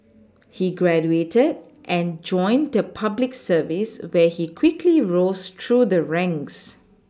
he graduated and joined the public service where he quickly rose through the ranks